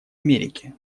америки